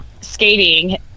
skating